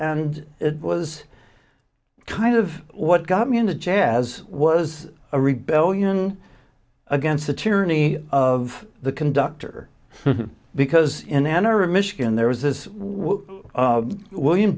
and it was kind of what got me into jazz was a rebellion against the tyranny of the conductor because in ann arbor michigan there was a william